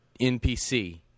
NPC